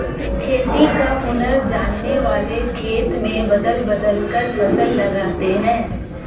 खेती का हुनर जानने वाले खेत में बदल बदल कर फसल लगाते हैं